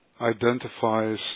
identifies